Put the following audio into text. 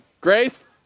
Grace